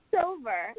silver